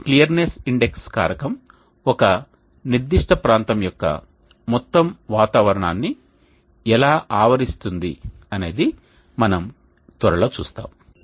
ఈ clearness index కారకం ఒక నిర్దిష్ట ప్రాంతం యొక్క మొత్తం వాతావరణాన్ని ఎలా ఆవరిస్తుంది అనేది మనం త్వరలో చూస్తాము